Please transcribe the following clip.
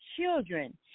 children